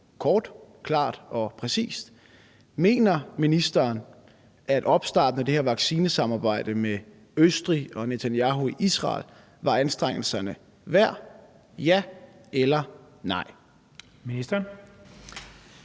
kort, klart og præcist: Mener ministeren, at opstarten af det her vaccinesamarbejde med Østrig og Netanyahu i Israel var anstrengelserne værd, ja eller nej? Kl.